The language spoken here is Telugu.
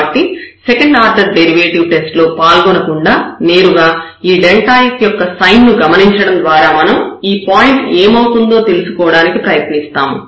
కాబట్టి సెకండ్ ఆర్డర్ డెరివేటివ్ టెస్ట్ లో పాల్గొనకుండా నేరుగా ఈ f యొక్క సైన్ ను గమనించడం ద్వారా మనం ఈ పాయింట్ ఏమౌతుందో తెలుసుకోవడానికి ప్రయత్నిస్తాము